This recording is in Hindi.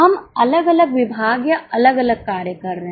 हम अलग अलग विभाग या अलग अलग कार्य कर रहे हैं